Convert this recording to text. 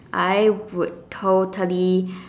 I would totally